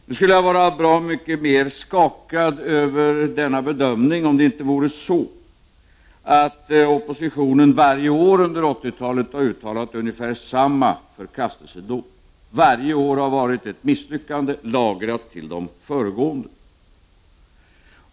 Nu skulle jag vara mycket mer skakad av denna bedömning om det inte vore så, att oppositionen varje år under 80-talet hade uttalat ungefär samma förkastelsedom. Varje år har varit ett misslyckande, lagrat på det föregående, har man menat.